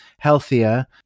healthier